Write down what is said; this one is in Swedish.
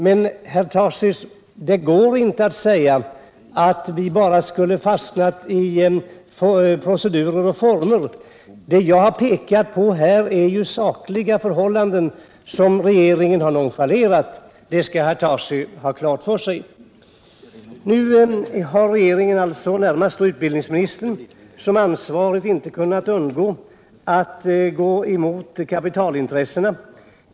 Det är inte riktigt, herr Tarschys, att säga att vi har fastnat i att bara diskutera procedurer och former. Vad jag pekar på är sakliga förhållanden som regeringen har nonchalerat. Nu har regeringen och den närmast ansvarige, utbildningsministern, inte kunnat undvika att gå kapitalintressena till mötes.